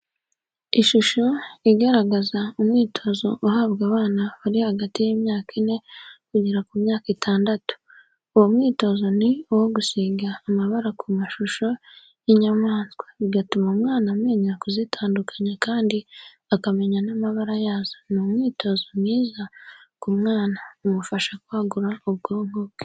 Ishusho igaragaza umwitozo uhabwa abana bari hagati y'imyaka ine kugera ku myaka itandatu, uwo mwitozo ni uwo gusiga amabara ku mashusho y'inyamaswa, bigatuma umwana amenya kuzitandukanya kandi akamenya n'amabara yazo. ni umwitozo mwiza ku mwana, umufasha kwagura ubwonko bwe.